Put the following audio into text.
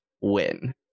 win